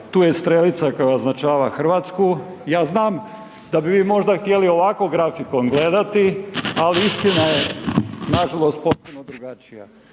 tu je strelica koja označava Hrvatsku, ja znam da bi vi možda htjeli ovako grafikon gledati, ali istina je nažalost potpuno drugačija.